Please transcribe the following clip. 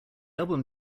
album